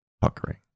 puckering